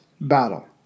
Battle